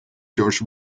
georges